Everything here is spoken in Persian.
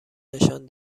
نشان